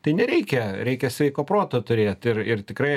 tai nereikia reikia sveiko proto turėti ir ir tikrai